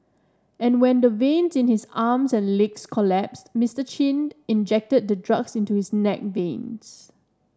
and when the veins in his arms and legs collapsed Mister Chin injected the drugs into his neck veins